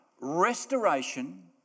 restoration